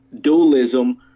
dualism